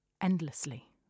endlessly